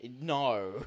no